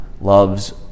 loves